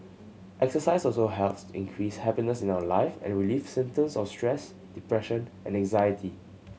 exercise also helps increase happiness in our life and relieve symptoms of stress depression and anxiety